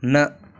न